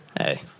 hey